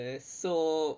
err